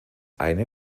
eine